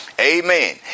Amen